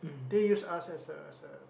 they use us as a as a